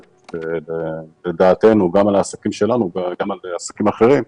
גם על העסקים שלנו וגם על עסקים אחרים.